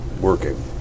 working